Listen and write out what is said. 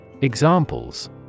Examples